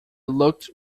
looked